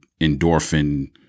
endorphin